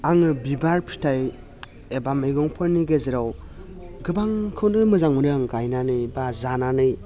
आङो बिबार फिथाइ एबा मैगफोरनि गेजेराव गोबांखौनो मोजां मोनो आं गायनानै बा जानानै